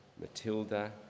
Matilda